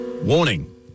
Warning